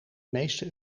meeste